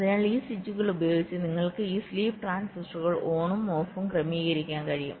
അതിനാൽ ഈ സ്വിച്ചുകൾ ഉപയോഗിച്ച് നിങ്ങൾക്ക് ഈ സ്ലീപ്പ് ട്രാൻസിസ്റ്ററുകൾ ഓണും ഓഫും ക്രമീകരിക്കാൻ കഴിയും